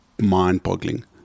mind-boggling